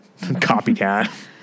copycat